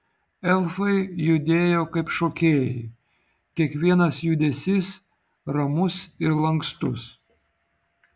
elfai judėjo kaip šokėjai kiekvienas judesys ramus ir lankstus